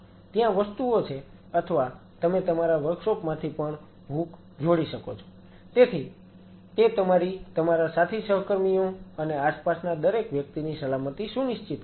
ત્યાં વસ્તુઓ છે અથવા તમે તમારા વર્કશોપ માંથી પણ હુક જોડી શકો છો તેથી તે તમારી તમારા સાથી સહકર્મીઓ અને આસપાસના દરેક વ્યક્તિની સલામતી સુનિશ્ચિત કરે છે